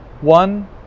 One